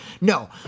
No